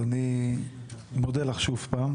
אני מודה לך שוב,